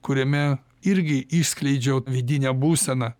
kuriame irgi išskleidžiau vidinę būseną